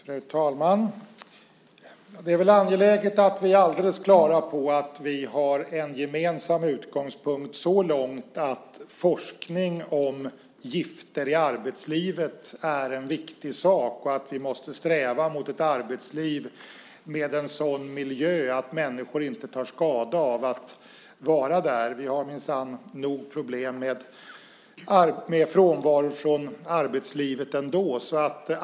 Fru talman Det är väl angeläget att vi är alldeles klara över att vi har en gemensam utgångspunkt så långt att forskning om gifter i arbetslivet är en viktig sak. Vi måste sträva mot ett arbetsliv med en sådan miljö att människor inte tar skada av att vara där. Vi har minsann nog problem med frånvaro från arbetslivet ändå.